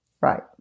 Right